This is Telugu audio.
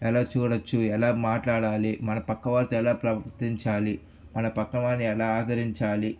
ఎలా చూడవచ్చు ఎలా మాట్లాడాలి మన పక్కవారితో ఎలా ప్రవర్తించాలి మన పక్కవారిని ఎలా ఆదరించాలి